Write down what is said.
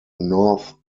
north